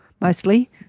mostly